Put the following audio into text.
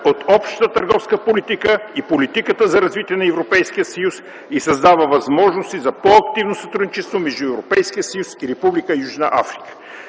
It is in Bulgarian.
от общата търговска политика и политиката за развитие на Европейския съюз и създава възможности за по-активно сътрудничество между Европейския съюз и Република Южна Африка.